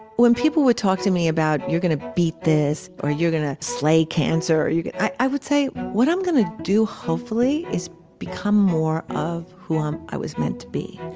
when people would talk to me about, you're gonna beat this, or, you're gonna slay cancer, or, you're gonna i would say what i'm gonna do, hopefully, is become more of who um i was meant to be.